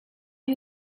you